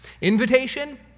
Invitation